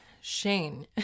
Shane